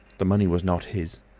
the money was not his,